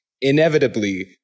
Inevitably